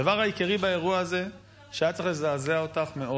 הדבר העיקרי באירוע הזה שהיה צריך לזעזע אותך מאוד